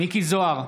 מיקי זוהר,